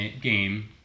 game